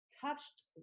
touched